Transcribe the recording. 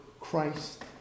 Christ